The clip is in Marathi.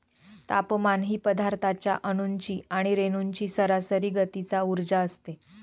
तापमान ही पदार्थाच्या अणूंची किंवा रेणूंची सरासरी गतीचा उर्जा असते